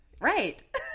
Right